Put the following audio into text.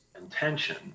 intention